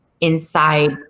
inside